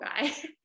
guy